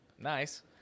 Nice